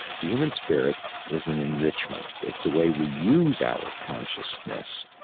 the human spirit is an enrichment. it's the way we use our consciousness